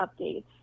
updates